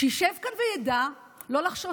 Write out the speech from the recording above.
שישב כאן וידע לא לחשוש.